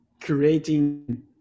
creating